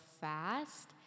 fast